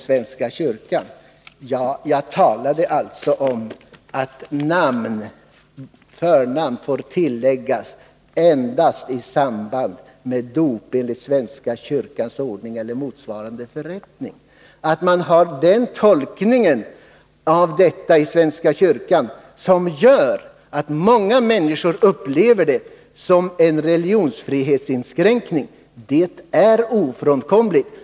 Till sist vill jag beträffande svenska kyrkan säga att förnamn får tilläggas endast i samband med dop enligt svenska kyrkans ordning eller motsvarande förrättning. Att man har denna tolkning inom svenska kyrkan, som gör att många människor upplever det såsom en religionsfrihetsinskränkning, är ofrånkomligt.